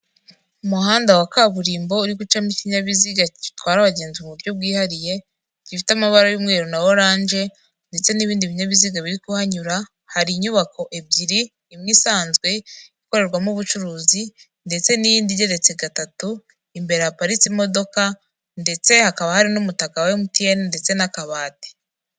umuhanda wa kaburimbo uri gucamo ikinyabiziga gitwara abagenzi mu buryo bwihariye gifite amabara y'umweru na orange ndetse n'ibindi binyabiziga biri kuhanyura hari inyubako ebyiri imwe isanzwe ikorerwamo ubucuruzi ndetse n'iyindi igeretse gatatu imbere haparitse imodoka ndetse hakaba hari n'umutaka wa mtn ndetse n'akabati